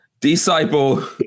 Disciple